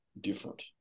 different